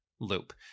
loop